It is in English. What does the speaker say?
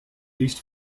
least